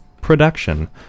Production